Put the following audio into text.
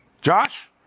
Josh